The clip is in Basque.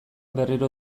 berriro